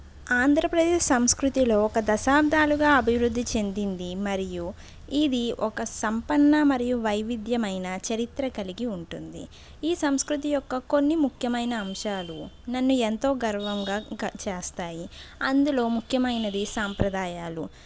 ఆంధ్రప్రదేశ్ సంస్కృతిలో ఒక దశాబ్దాలుగా అభివృద్ధి చెందింది మరియు ఇది ఒక సంపన్న మరియు వైవిధ్యమైన చరిత్ర కలిగి ఉంటుంది ఈ సంస్కృతి యొక్క కొన్ని ముఖ్యమైన అంశాలు నన్ను ఎంతో గర్వంగా చేస్తాయి అందులో ముఖ్యమైనది సాంప్రదాయాలు